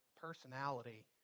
personality